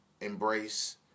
embrace